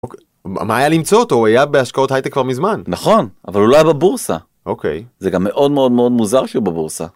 מה היה למצוא אותו? היה בהשקעות הייטק כבר מזמן. נכון, אבל לא בבורסה. אוקיי. זה גם מאוד מאוד מאוד מוזר שהוא בבורסה.